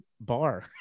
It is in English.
bar